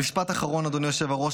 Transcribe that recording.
משפט אחרון, אדוני היושב-ראש.